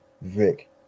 Vic